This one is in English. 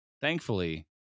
thankfully